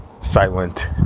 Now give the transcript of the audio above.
silent